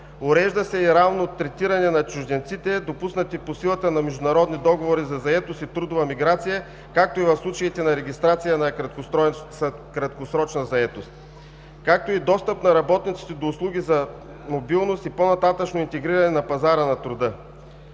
Урежда се и равно третиране на чужденците, допуснати по силата на международни договори за заетост и трудова миграция, в случаите на регистрация на краткосрочна заетост, както и достъп на работниците до услуги за мобилност и по-нататъшно интегриране на пазара на труда.